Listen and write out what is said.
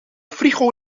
frigo